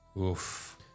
Oof